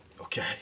Okay